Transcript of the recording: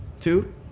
Two